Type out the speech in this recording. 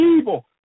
evil